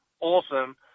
awesome